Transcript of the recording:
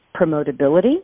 promotability